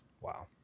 Wow